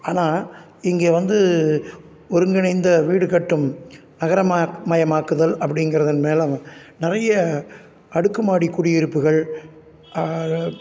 ஆனால் இஙகே வந்து ஒருங்கிணைந்தை வீடு கட்டும் நகரமாக் மயமாக்குதல் அப்படிங்குறதன் மேலும் நிறைய அடுக்குமாடி குடியிருப்புகள்